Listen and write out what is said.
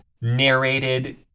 narrated